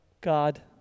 God